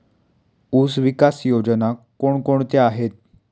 ऊसविकास योजना कोण कोणत्या आहेत?